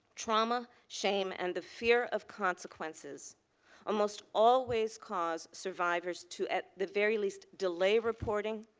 trauma shame and the fear of consequences almost always cause survivors to, at the very least, delay reporting.